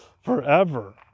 forever